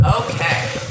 Okay